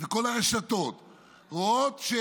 וכל הרשתות רואות,